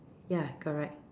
ya correct